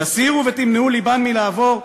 תסירו ותמנעו לבם מלעבור,